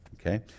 Okay